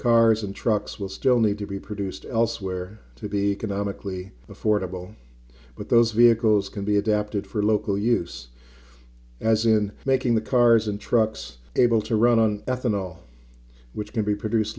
cars and trucks will still need to be produced elsewhere to be canonically affordable but those vehicles can be adapted for local use as in making the cars and trucks able to run on ethanol which can be produce